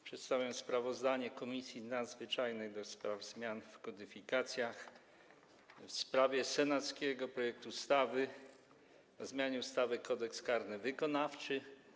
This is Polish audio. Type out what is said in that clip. Przedstawiam sprawozdanie Komisji Nadzwyczajnej do spraw zmian w kodyfikacjach w sprawie senackiego projektu ustawy o zmianie ustawy Kodeks karny wykonawczy.